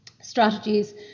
strategies